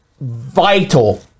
vital